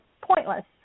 pointless